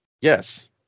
Yes